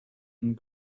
and